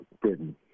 Britain